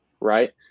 right